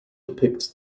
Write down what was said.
depicts